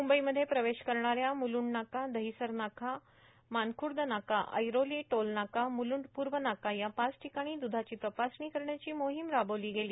मुंबईमध्ये प्रवेश करणाऱ्या मुलुंड नाका र्दाहसर नाका मानखुद नाका ऐरोला टोल नाकाम्रलूंड पूव नाका या पाच ठिकाणी द्धाची तपासणी करण्याची मोहीम राबवली गेली